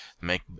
make